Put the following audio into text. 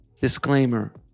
Disclaimer